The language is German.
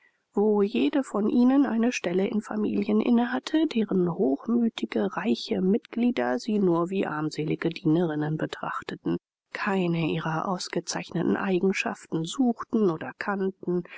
wo jede von ihnen eine stelle in familien innehatte deren hochmütige reiche mitglieder sie nur wie armselige dienerinnen betrachteten keine ihrer ausgezeichneten eigenschaften suchten oder kannten